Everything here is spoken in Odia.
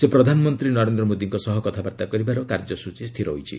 ସେ ପ୍ରଧାନମନ୍ତ୍ରୀ ନରେନ୍ଦ୍ର ମୋଦୀଙ୍କ ସହ କଥାବାର୍ତ୍ତା କରିବାର କାର୍ଯ୍ୟସ୍ଚୀ ସ୍ଥିର ହୋଇଛି